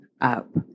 up